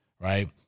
right